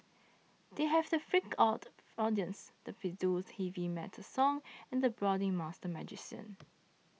they have the freaked out audience the pseudo heavy metal song and the brooding master magician